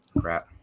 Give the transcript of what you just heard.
Crap